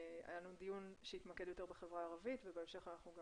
היה לנו דיון שהתמקד יותר בחברה הערבית ובהמשך אנחנו גם